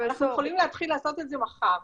אנחנו יכולים להתחיל לעשות את זה מחר.